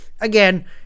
again